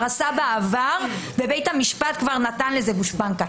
עשה בעבר ובית המשפט כבר נתן לזה גושפנקה.